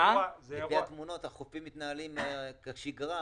לפי הצילומים החופים מתנהלים כבשגרה,